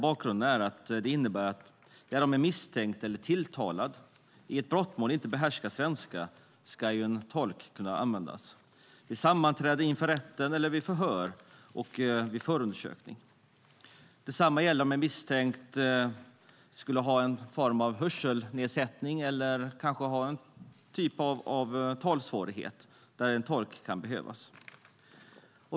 Lagändringarna innebär att om en misstänkt eller tilltalad i ett brottmål inte behärskar svenska ska en tolk kunna anlitas vid sammanträden inför rätten eller vid förhör under förundersökningen. Detsamma gäller om en misstänkt skulle ha någon form av hörselnedsättning eller kanske talsvårighet, så att en tolk kan behövas.